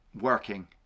working